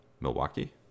Milwaukee